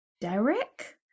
Derek